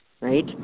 right